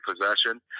possession